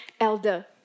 elder